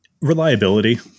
reliability